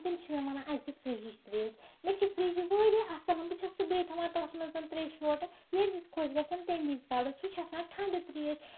تِم چھِ مےٚ وَنان اَسہِ دِ فریجِچ تریش مےٚ چھُ فریج واریاہ اَصٕل بہٕ چھَس صبحٲے تھاوان تَتھ منٛز تریشہِ لوٹہٕ ییٚمہِ وِزِ خۄش گژھیٚم تَمہِ وِزِ کَڑٕ سُہ چھُ آسان ٹھنڈٕ تریش